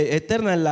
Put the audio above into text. eterna